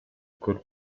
көрүп